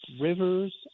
rivers